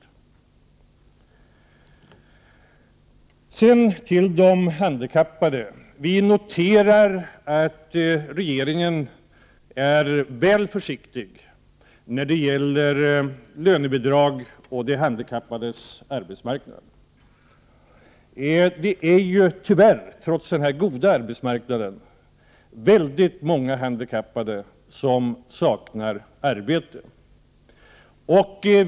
Sedan till de handikappade. Vi noterar att regeringen är väl försiktig när det gäller lönebidrag och de handikappades arbetsmarknad. Det är ju tyvärr, många handikappade som saknar arbete.